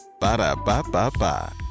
Ba-da-ba-ba-ba